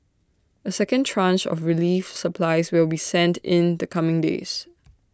A second tranche of relief supplies will be sent in the coming days